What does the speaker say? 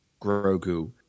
Grogu